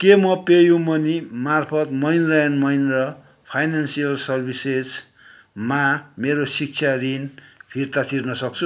के म पेयू मनीमार्फत महिन्द्रा एन्ड महिन्द्रा फाइनान्सियल सर्भिसेजमा मेरो शिक्षा ऋण फिर्ता तिर्न सक्छु